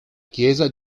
chiesa